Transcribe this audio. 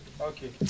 Okay